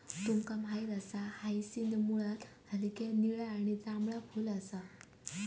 तुमका माहित असा हायसिंथ मुळात हलक्या निळा किंवा जांभळा फुल असा